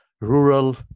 rural